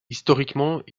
historiquement